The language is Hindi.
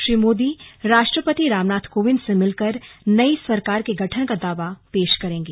श्री मोदी राष्ट्रपति रामनाथ कोविंद से मिलकर नई सरकार के गठन का दावा पेश करेंगे